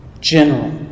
General